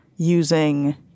Using